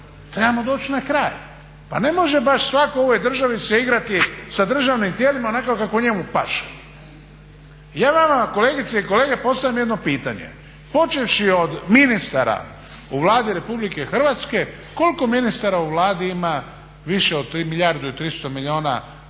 trebamo doći na kraj. Pa ne može baš svatko u ovoj državi se igrati sa državnim tijelima onako kako njemu paše. Ja vama kolegice i kolege postavljam jedno pitanje. Počevši od ministara u Vladi Republike Hrvatske, koliko ministara u Vladi ima više od milijardu i 300 milijuna